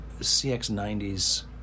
CX90's